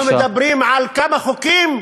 אנחנו מדברים על כמה חוקים?